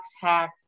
hack